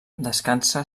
descansa